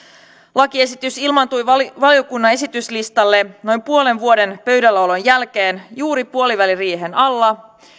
lakiesitys ilmaantui valiokunnan esityslistalle noin puolen vuoden pöydälläolon jälkeen juuri puoliväliriihen alla